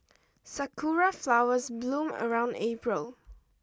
sakura flowers bloom around April